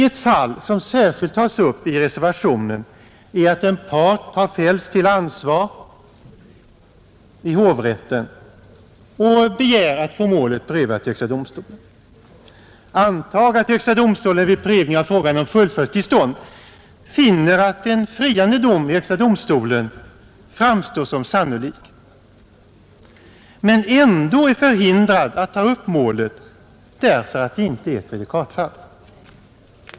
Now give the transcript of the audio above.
Ett fall, som särskilt tas upp i reservationen, är att en part har fällts till ansvar i hovrätten och begär att få målet prövat i högsta domstolen. Antag att högsta domstolen vid prövning av frågan om fullföljdstillstånd finner att en friande dom i högsta domstolen framstår som sannolik men ändå är förhindrad att ta upp målet därför att det inte är ett prejudikatfall.